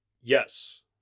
yes